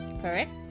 Correct